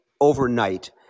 overnight